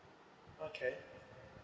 okay